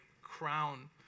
crown